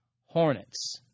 Hornets